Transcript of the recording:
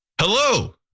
Hello